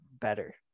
better